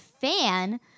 fan